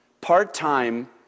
part-time